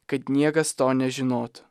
kad niekas to nežinotų